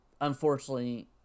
Unfortunately